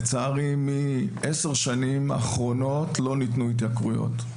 לצערי, ב-11 השנים האחרונות לא ניתנו התייקרויות.